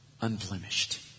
Unblemished